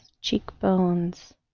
cheekbones